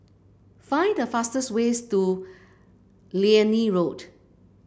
find the fastest ways to Liane Road